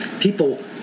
people